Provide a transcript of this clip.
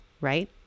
right